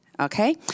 Okay